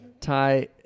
Ty